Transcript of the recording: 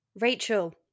Rachel